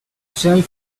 sell